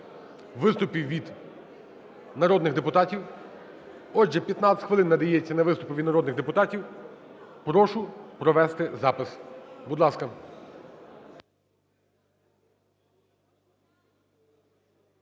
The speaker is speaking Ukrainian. виступів від народних депутатів. Отже, 15 хвилин надається на виступи від народних депутатів. Прошу провести запис. Будь ласка.